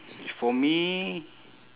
for me